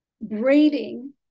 braiding